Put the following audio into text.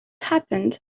happened